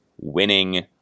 winning